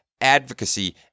advocacy